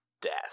death